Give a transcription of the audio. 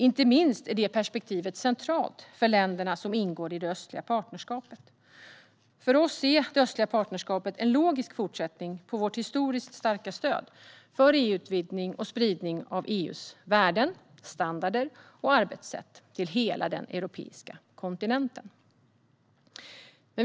Inte minst är det perspektivet centralt för de länder som ingår i det östliga partnerskapet. För oss är det östliga partnerskapet en logisk fortsättning på vårt historiskt starka stöd för EU-utvidgning och spridning av EU:s värden, standarder och arbetssätt till hela den europeiska kontinenten.